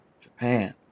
Japan